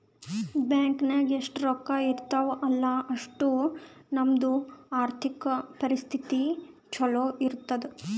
bank ನಾಗ್ ಎಷ್ಟ ರೊಕ್ಕಾ ಇರ್ತಾವ ಅಲ್ಲಾ ಅಷ್ಟು ನಮ್ದು ಆರ್ಥಿಕ್ ಪರಿಸ್ಥಿತಿ ಛಲೋ ಇರ್ತುದ್